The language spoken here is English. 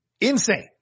Insane